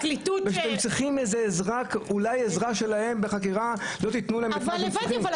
הפרקליטות שמלווה את